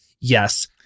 Yes